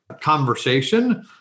conversation